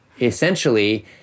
essentially